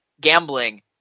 gambling